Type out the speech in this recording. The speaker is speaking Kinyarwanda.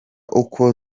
ukwo